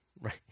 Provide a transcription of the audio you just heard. right